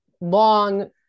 long